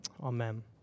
Amen